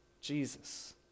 Jesus